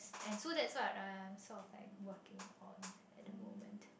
and so that what I'm sort of like working on at the moment